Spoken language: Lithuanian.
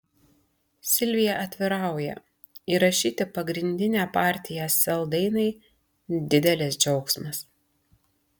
silvija atvirauja įrašyti pagrindinę partiją sel dainai didelis džiaugsmas